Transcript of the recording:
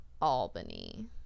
Albany